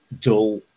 dull